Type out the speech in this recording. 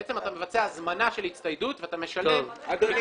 בעצם אתה מבצע הזמנה של הצטיידות ואתה משלם מקדמה.